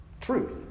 truth